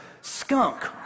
skunk